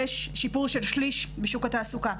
יש שיפור של שליש בשוק התעסוקה,